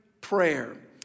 Prayer